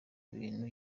bintu